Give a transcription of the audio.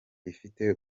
ifite